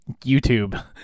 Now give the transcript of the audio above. YouTube